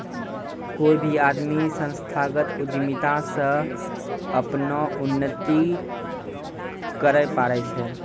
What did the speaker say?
कोय भी आदमी संस्थागत उद्यमिता से अपनो उन्नति करैय पारै छै